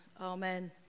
Amen